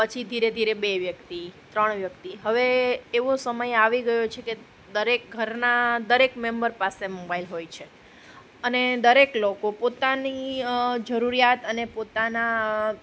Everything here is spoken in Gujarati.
પછી ધીરે ધીરે બે વ્યક્તિ ત્રણ વ્યક્તિ હવે એવો સમય આવી ગયો છે કે દરેક ઘરના દરેક મેમ્બર પાસે મોબાઈલ હોય છે અને દરેક લોકો પોતાની જરૂરિયાત અને પોતાના